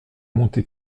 monte